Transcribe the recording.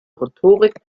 rhetorik